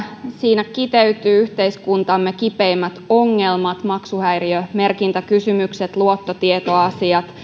siinä kiteytyvät yhteiskuntamme kipeimmät ongelmat maksuhäiriömerkintäkysymykset luottotietoasiat